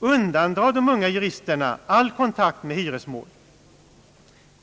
undandra de unga juristerna all kontakt med hyresmål.